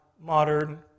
modern